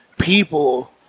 people